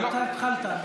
אתה התחלת.